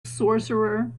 sorcerer